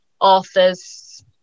authors